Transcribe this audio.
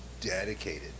dedicated